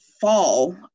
fall